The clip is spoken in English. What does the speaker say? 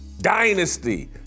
Dynasty